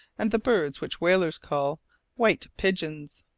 and the birds which whalers call white pigeons.